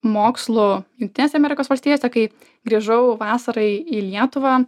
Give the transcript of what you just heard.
mokslų jungtinėse amerikos valstijose kai grįžau vasarai į lietuvą